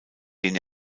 den